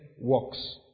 works